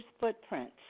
Footprints